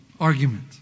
argument